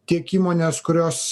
tiek įmonės kurios